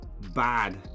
bad